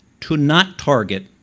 to not target,